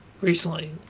recently